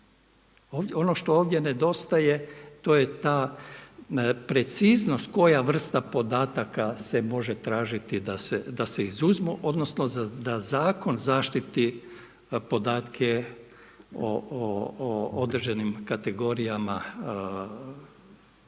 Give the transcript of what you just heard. Ono što ovdje nedostaje to je ta preciznost koja vrsta podataka se može tražiti da se izuzmu odnosno da zakon zaštiti podatke o održanim kategorijama kao